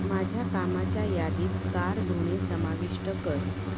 माझ्या कामाच्या यादीत कार धुणे समाविष्ट कर